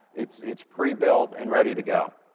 it's it's pre-built and ready to go.